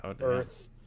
earth